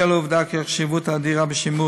בשל העובדה כי החשיבות האדירה בשימור